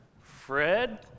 Fred